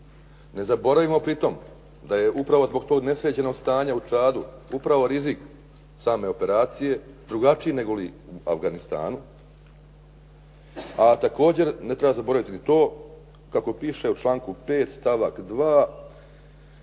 Ne zaboravimo pritom da je upravo zbog tog nesređenog stanja u Čadu upravo rizik same operacije drugačiji nego li u Afganistanu, a također ne treba zaboraviti ni to kako piše u članku 5. stavak 2.